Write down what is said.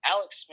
Alex